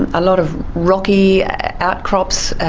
and a lot of rocky outcrops,